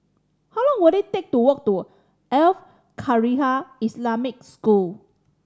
how long will it take to walk to Al Khairiah Islamic School